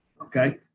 Okay